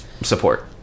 support